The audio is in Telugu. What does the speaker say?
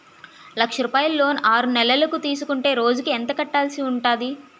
లక్ష రూపాయలు లోన్ ఆరునెలల కు తీసుకుంటే రోజుకి ఎంత కట్టాల్సి ఉంటాది?